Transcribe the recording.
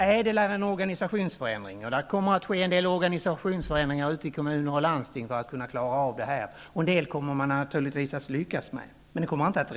ÄDEL är en organisationsförändring, och det kommer att ske organisationsförändringar i kommuner och landsting, för att man skall klara av det här. En del kommer att lyckas, men det räcker inte.